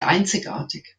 einzigartig